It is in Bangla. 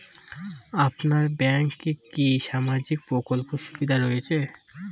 আপনার ব্যাংকে কি সামাজিক প্রকল্পের সুবিধা রয়েছে?